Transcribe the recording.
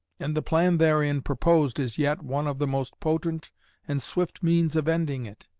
and the plan therein proposed is yet one of the most potent and swift means of ending it.